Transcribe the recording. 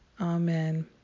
Amen